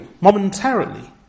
momentarily